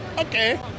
okay